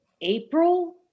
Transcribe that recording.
april